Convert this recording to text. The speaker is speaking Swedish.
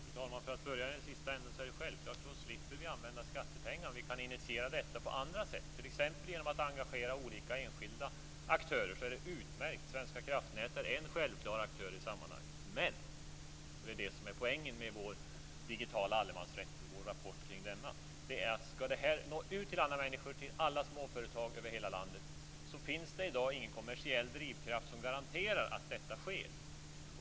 Fru talman! För att börja i den sista änden är det självklart utmärkt om vi slipper använda skattepengar, om vi kan initiera detta på annat sätt, t.ex. genom att engagera olika enskilda aktörer. Svenska kraftnät är en aktör i sammanhanget. Men - och det är det som är poängen med vår digitala allemansrätt och vår rapport kring denna - om detta skall nå ut till alla människor och alla småföretag över hela landet finns det i dag ingen kommersiell drivkraft som garanterar att detta sker.